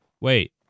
Wait